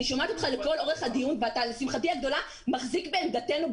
אני שומעת אותך לכל אורך הדיון ולשמחתי הגדולה אתה מחזיק בעמדתנו.